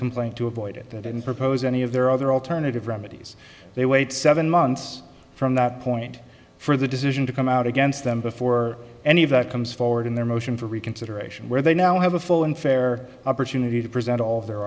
complaint to avoid it they didn't propose any of their other alternative remedies they wait seven months from that point for the decision to come out against them before any of that comes forward in their motion for reconsideration where they now have a full and fair opportunity to present all their